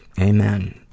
Amen